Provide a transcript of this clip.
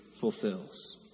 fulfills